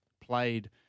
played